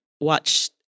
watch